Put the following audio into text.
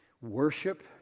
Worship